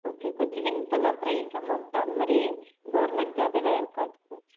okay coach win பண்ணால் prize amount அந்தமாதிரி government job எதாவது இருக்கா கோச்